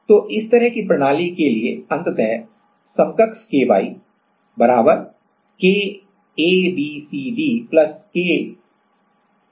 तो इस तरह की प्रणाली के लिए अंततः समकक्ष KY KEFGH 2 K है